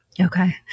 Okay